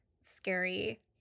scary